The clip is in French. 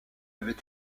avait